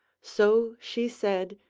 so she said,